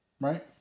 Right